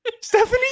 Stephanie